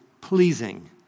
pleasing